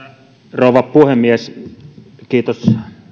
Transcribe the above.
rouva puhemies kiitos